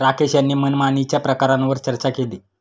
राकेश यांनी मनमानीच्या प्रकारांवर चर्चा केली